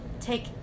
take